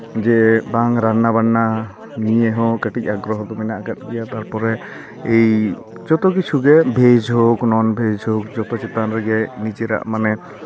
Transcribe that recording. ᱡᱮ ᱵᱟᱝ ᱨᱟᱱᱱᱟ ᱵᱟᱱᱱᱟ ᱱᱤᱭᱮ ᱦᱚᱸ ᱠᱟᱹᱴᱤᱡ ᱟᱜᱽᱨᱚᱦᱚ ᱫᱚ ᱢᱮᱱᱟᱜ ᱟᱠᱟᱜ ᱜᱮᱭᱟ ᱛᱟᱨᱯᱚᱨᱮ ᱮᱭ ᱡᱷᱚᱛᱚ ᱠᱤᱪᱷᱩ ᱜᱮ ᱵᱷᱮᱹᱡᱽ ᱦᱳᱠ ᱱᱚᱱ ᱵᱷᱮᱹᱡᱽ ᱦᱳᱠ ᱡᱚᱛᱚ ᱪᱮᱛᱟᱱ ᱨᱮᱜᱮ ᱱᱤᱡᱮᱨᱟᱜ ᱢᱟᱱᱮ